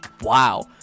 Wow